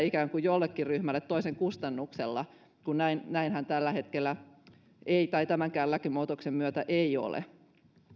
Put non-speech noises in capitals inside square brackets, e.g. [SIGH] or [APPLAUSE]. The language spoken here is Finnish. [UNINTELLIGIBLE] ikään kuin positiivista diskriminaatiota jollekin ryhmälle toisen kustannuksella vaikka näinhän tällä hetkellä tämänkään lakimuutoksen myötä ei ole